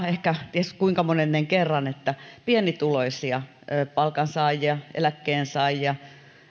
ehkä ties kuinka monennen kerran on huomata se että pienituloisia palkansaajia eläkkeensaajia